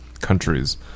countries